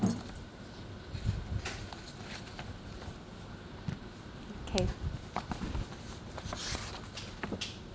okay